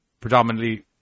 predominantly